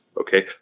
okay